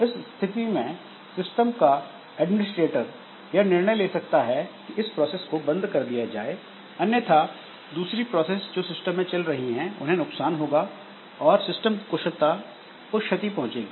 इस स्थिति में सिस्टम का एडमिनिस्ट्रेटर यह निर्णय ले सकता है कि इस प्रोसेस को बंद कर दिया जाए अन्यथा दूसरी प्रोसेस जो सिस्टम में चल रही हैं उन्हें नुकसान होगा और सिस्टम की कुशलता को क्षति पहुंचेगी